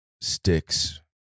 sticks